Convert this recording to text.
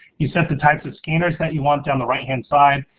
you set the types of scanners that you want down the right-hand side,